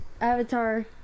Avatar